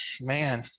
man